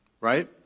right